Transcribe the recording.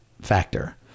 factor